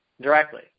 directly